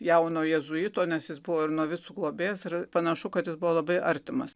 jauno jėzuito nes jis buvo ir novicijų globėjas ir panašu kad jis buvo labai artimas